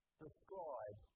describe